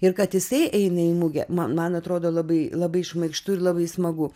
ir kad jisai eina į mugę man atrodo labai labai šmaikštu ir labai smagu